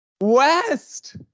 west